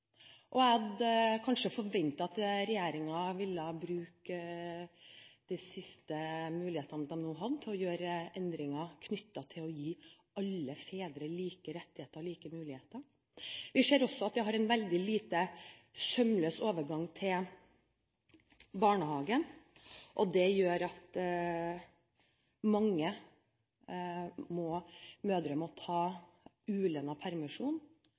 Jeg hadde kanskje forventet at regjeringen ville bruke de siste mulighetene den har til å gjøre endringer knyttet til å gi alle fedre like rettigheter og muligheter. Vi ser også at det er en veldig lite sømløs overgang til barnehage. Det gjør at mange mødre må ta ulønnet permisjon